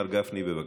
מר גפני, בבקשה.